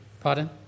Pardon